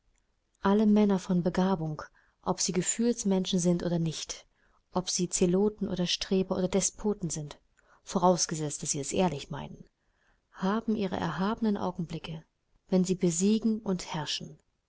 alle männer von begabung ob sie gefühlsmenschen sind oder nicht ob sie zeloten oder streber oder despoten sind vorausgesetzt daß sie es ehrlich meinen haben ihre erhabenen augenblicke wenn sie besiegen und herrschen